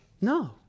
no